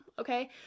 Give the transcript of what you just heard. okay